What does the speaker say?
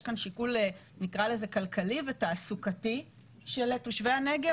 כאן שיקול כלכלי ותעסוקתי של תושבי הנגב,